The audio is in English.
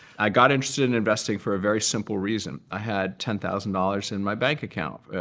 i got interested in investing for a very simple reason. i had ten thousand dollars in my bank account.